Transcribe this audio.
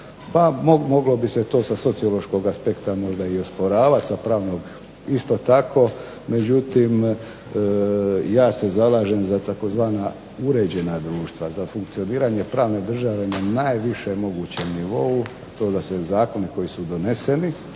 moglo bi se to sa sociološkog aspekta možda i osporavati sa pravnog isto tako, međutim ja se zalažem za tzv. uređena društva, za funkcioniranje pravne države na najvišem mogućem nivou, to da se zakoni koji su doneseni